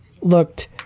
looked